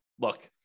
look